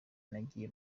nagiye